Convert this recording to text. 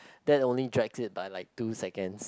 that only drag it like like two second